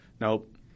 Nope